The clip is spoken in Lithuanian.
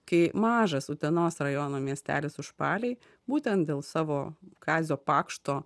kai mažas utenos rajono miestelis užpaliai būtent dėl savo kazio pakšto